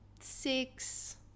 six